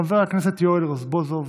חבר הכנסת יואל רזבוזוב,